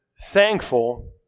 thankful